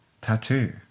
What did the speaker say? Tattoo